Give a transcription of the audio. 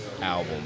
album